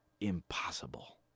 Impossible